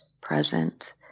present